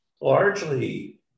largely